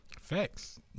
Facts